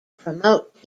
promote